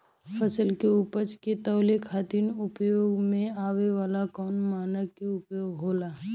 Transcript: फसल के उपज के तौले खातिर उपयोग में आवे वाला कौन मानक के उपयोग होला?